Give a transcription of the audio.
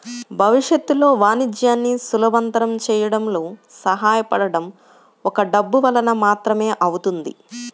భవిష్యత్తులో వాణిజ్యాన్ని సులభతరం చేయడంలో సహాయపడటం ఒక్క డబ్బు వలన మాత్రమే అవుతుంది